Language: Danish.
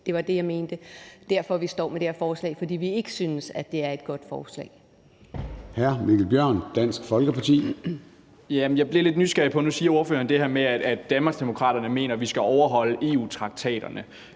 præcis det, jeg mente; og vi står med det her forslag, fordi vi ikke synes, at det er et godt EU-forslag.